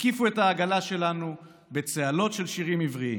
הקיפו את העגלה שלנו בצהלות של שירים עבריים,